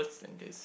than this